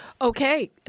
Okay